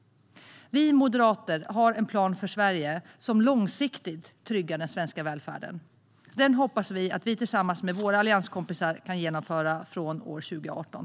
Vi moderater har en plan för Sverige som långsiktigt tryggar den svenska välfärden. Den hoppas vi att vi tillsammans med våra allianskompisar kan genomföra från år 2018.